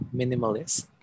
minimalist